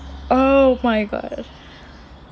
oh my god